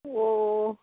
ও